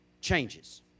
changes